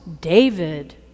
David